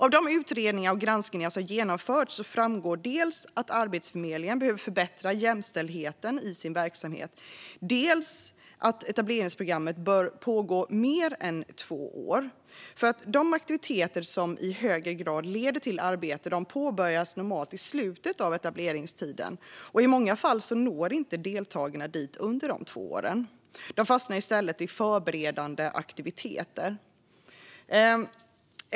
Av de utredningar och granskningar som har genomförts framgår dels att Arbetsförmedlingen behöver förbättra jämställdheten i sin verksamhet, dels att etableringsprogrammet bör pågå längre än under två år. De aktiviteter som i högre grad leder till arbete påbörjas normalt i slutet av etableringstiden, och i många fall når deltagarna inte dit under de två åren. De fastnar i stället i förberedande aktiviteter.